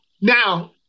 Now